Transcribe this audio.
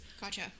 Gotcha